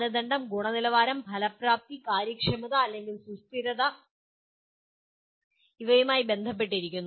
മാനദണ്ഡം ഗുണനിലവാരം ഫലപ്രാപ്തി കാര്യക്ഷമത അല്ലെങ്കിൽ സ്ഥിരത എന്നിവയുമായി ബന്ധപ്പെട്ടിരിക്കുന്നു